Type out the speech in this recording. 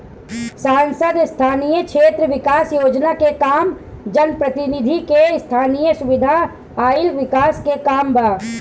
सांसद स्थानीय क्षेत्र विकास योजना के काम जनप्रतिनिधि के स्थनीय सुविधा अउर विकास के काम बा